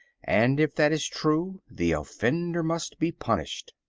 and if that is true the offender must be punished.